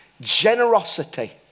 generosity